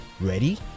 Ready